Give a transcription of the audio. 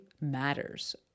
matters